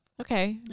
Okay